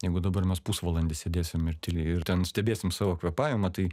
jeigu dabar mes pusvalandį sėdėsim ir tylė ir ten stebėsim savo kvėpavimą tai